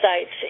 sites